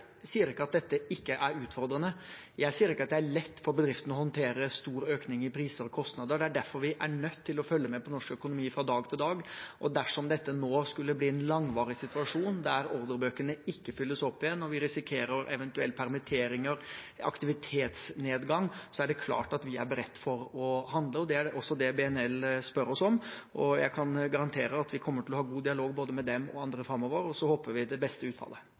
sier ikke at dette ikke er utfordrende. Jeg sier ikke at det er lett for bedriftene å håndtere en stor økning i priser og kostnader. Det er derfor vi er nødt til å følge med på norsk økonomi fra dag til dag, og dersom dette nå skulle bli en langvarig situasjon der ordrebøkene ikke fylles opp igjen og vi risikerer eventuelle permitteringer og aktivitetsnedgang, er det klart vi er beredt på å handle. Det er også det BNL spør oss om. Jeg kan garantere at vi kommer til å ha god dialog med både dem og andre framover. Så håper vi på det beste utfallet.